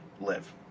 live